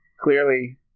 clearly